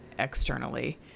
Externally